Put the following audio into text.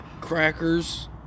crackers